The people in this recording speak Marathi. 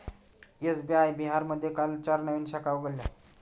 एस.बी.आय बिहारमध्ये काल चार नवीन शाखा उघडल्या